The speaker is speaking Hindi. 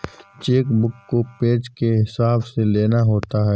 चेक बुक को पेज के हिसाब से लेना होता है